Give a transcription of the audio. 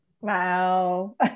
Wow